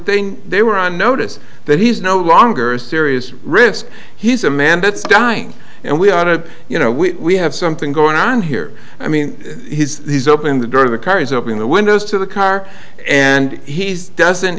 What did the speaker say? thing they were on notice that he's no longer a serious risk he's a man that's dying and we ought to you know we have something going on here i mean he's opened the door of the car is opening the windows to the car and he doesn't